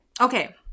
Okay